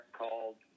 called